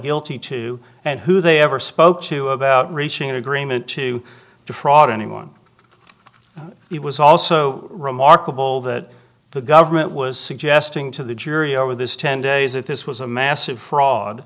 guilty to and who they ever spoke to about reaching an agreement to defraud anyone it was also remarkable that the government was suggesting to the jury over this ten days if this was a massive fraud